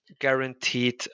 guaranteed